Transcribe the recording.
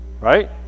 Right